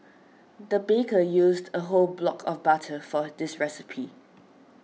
the baker used a whole block of butter for this recipe